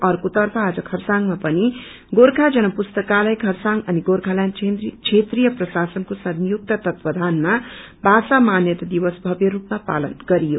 आर्केतर्फ आज खरसाङमा पनि गोर्खा जनपुस्ताकालय खरसाङ अनि गोर्खाल्याण्ड क्षेत्रिय प्रशासनकोसंयुक्त तत्वाधानमा भाषा मान्यता दिवस भव्य रूपमा पालन गरियो